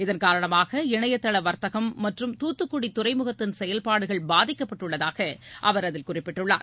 இதன்காரணமாக இணையதள வர்த்தகம் மற்றும் துாத்துக்குடி துறைமுகத்தின் செயல்பாடுகள் பாதிக்கப்பட்டுள்ளதாக அவர் அதில் குறிப்பிட்டுள்ளார்